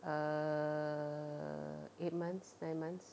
err eight months nine months